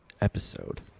episode